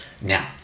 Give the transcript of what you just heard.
Now